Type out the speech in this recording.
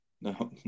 No